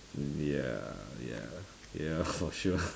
maybe ah ya ya for sure